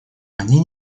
они